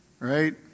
Right